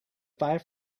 five